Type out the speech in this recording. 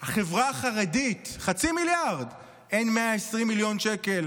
החברה החרדית, 0.5 מיליארד, אין 120 מיליון שקל